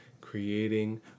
creating